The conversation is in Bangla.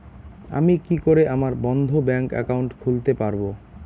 আমি কি করে আমার বন্ধ ব্যাংক একাউন্ট খুলতে পারবো?